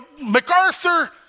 MacArthur